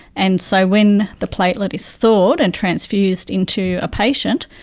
and so when the platelet is thawed and transfused into a patient,